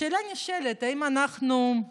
השאלה הנשאלת: האם אנחנו,